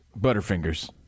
butterfingers